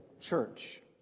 church